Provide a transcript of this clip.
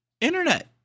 internet